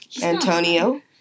Antonio